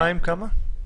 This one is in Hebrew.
כמה?